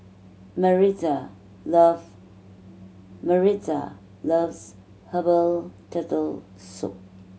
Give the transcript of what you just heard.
Maritza loves Maritza loves herbal Turtle Soup